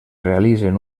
realitzen